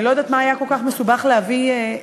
אני לא יודעת מה היה כל כך מסובך להביא תקציב,